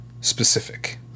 specific